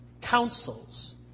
councils